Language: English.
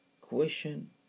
question